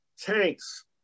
tanks